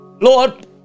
Lord